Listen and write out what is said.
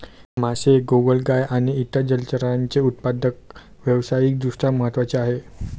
मासे, गोगलगाय आणि इतर जलचरांचे उत्पादन व्यावसायिक दृष्ट्या महत्त्वाचे आहे